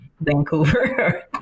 Vancouver